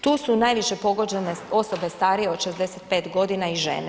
Tu su najviše pogođene osobe starije od 65 godina i žene.